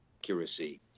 accuracy